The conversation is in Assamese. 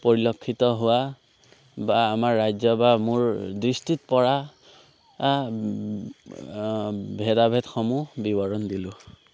পৰিলক্ষিত হোৱা বা আমাৰ ৰাজ্য বা মোৰ দৃষ্টিত পৰা ভেদাভেদসমূহ বিৱৰণ দিলোঁ